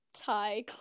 Thai